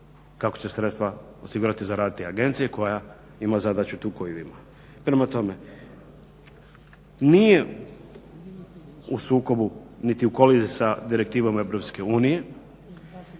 kako će sredstva osigurati za rad te agencije koja ima zadaću tu koju ima. Prema tome, nije u sukobu niti u koliziji sa direktivama Europske unije.